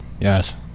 Yes